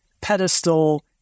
pedestal